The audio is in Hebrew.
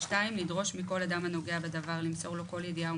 לדרוש מכל אדם הנוגע בדבר למסור לו כל ידיעה או